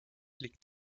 liegt